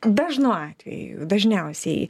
dažnu atveju dažniausiai